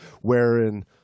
wherein